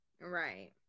right